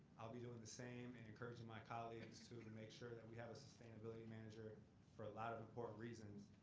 i'll be doing the same and encouraging my colleagues to to make sure that we have a sustainability manager for a lot of important reasons.